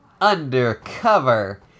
undercover